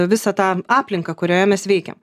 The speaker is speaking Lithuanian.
visą tą aplinką kurioje mes veikiame